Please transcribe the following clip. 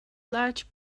large